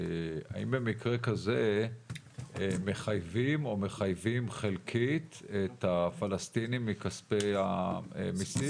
האם במקרה כזה מחייבים או מחייבים חלקית את הפלסתינים מכספי המיסים?